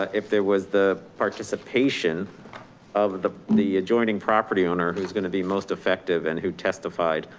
ah if there was the participation of the the adjoining property owner, who's going to be most effective. and who testified